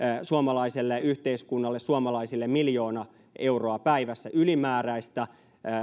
suomalaiselle yhteiskunnalle suomalaisille miljoona euroa päivässä ylimääräistä